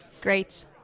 Great